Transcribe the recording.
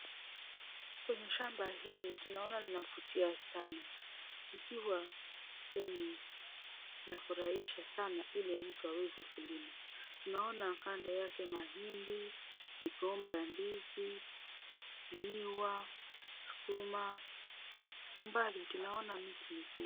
Kwenye shamba hili tunaona linavutia sana. Ikiwa lenye lafurahisha sana ili mtu aweze kulima. Tunaona kando yake mahindi, migomba ya ndizi, miwa, sukuma. Umbali tunaona miti mikubwa.